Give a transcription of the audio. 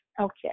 Okay